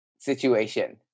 situation